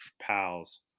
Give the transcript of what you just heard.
pals